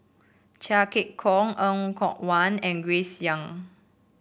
Chia Keng Hock Er Kwong Wah and Grace Young